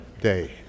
day